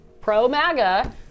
pro-MAGA